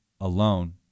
alone